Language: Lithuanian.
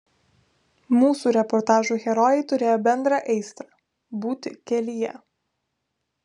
mūsų reportažų herojai turėjo bendrą aistrą būti kelyje